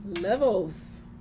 Levels